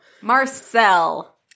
Marcel